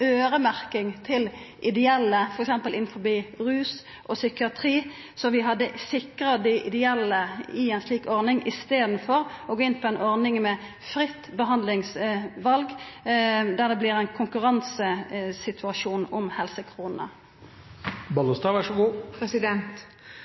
til ideelle, f.eks. innanfor rus og psykiatri? Då hadde vi sikra dei ideelle i ei slik ordning, i staden for å gå inn på ei ordning med fritt behandlingsval der det vert ein konkurransesituasjon om